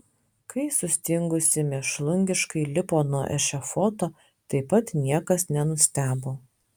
kai sustingusi mėšlungiškai lipo nuo ešafoto taip pat niekas nenustebo